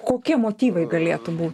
kokie motyvai galėtų bū